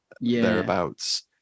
thereabouts